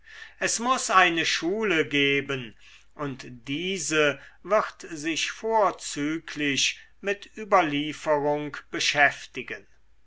es muß eine schule geben und diese wird sich vorzüglich mit überlieferung beschäftigen